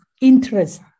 interest